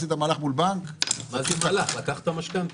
עשית מהלך מול בנק --- מה זה --- לקחת משכנתא.